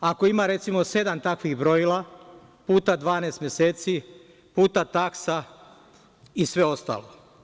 Ako ima, recimo, sedam takvih brojila, puta 12 meseci, puta taksa i sve ostalo.